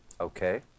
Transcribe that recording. okay